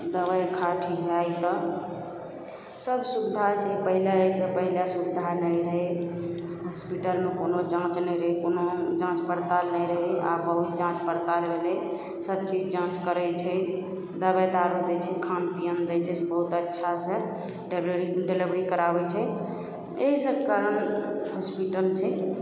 दवाइ खा ठीक भए जएतऽ सब सुविधा छै पहिले एहिसे पहिले सुविधा नहि रहै हॉसपिटलमे कोनो जाँच नहि रहै कोनो जाँच पड़ताल नहि रहै आब बहुत जाँच पड़ताल भेलै सबचीज जाँच करै छै दवाइ दारू दै छै खान पिअन दै छै बहुत अच्छासे तऽ डेली डिलिवरी कराबै छै एहिसब कारण हॉसपिटल छै